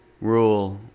rule